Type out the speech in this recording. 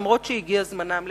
למרות שהגיע זמנם להתחלף.